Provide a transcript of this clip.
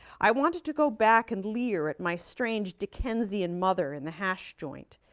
i wanted to go back and leer at my strange dickensian mother in the hash joint.